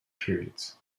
periods